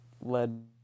led